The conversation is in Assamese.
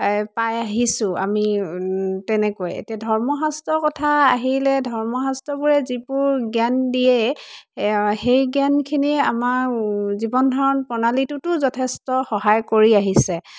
পাই আহিছোঁ আমি তেনেকৈ এতিয়া ধৰ্মশাস্ত্ৰ কথা আহিলে ধৰ্মশাস্ত্ৰবোৰে যিবোৰ জ্ঞান দিয়ে সেই জ্ঞানখিনি আমাৰ জীৱন ধৰণ প্ৰণালীটোতো যথেষ্ট সহায় কৰি আহিছে